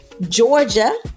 Georgia